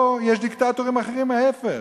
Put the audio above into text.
פה יש דיקטטורים אחרים, ההיפך.